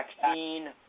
vaccine